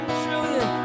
trillion